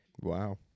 Wow